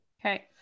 Okay